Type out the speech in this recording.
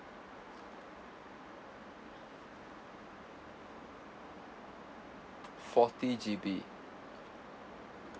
forty G_B